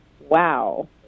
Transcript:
wow